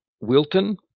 Wilton